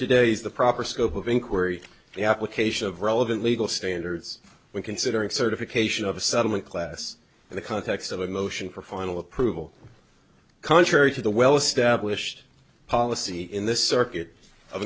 today is the proper scope of inquiry the application of relevant legal standards we considering certification of a settlement class in the context of a motion for final approval contrary to the well established policy in this circuit of